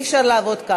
שלי